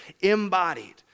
embodied